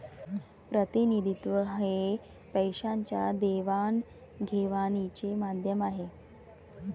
प्रतिनिधित्व हे पैशाच्या देवाणघेवाणीचे माध्यम आहे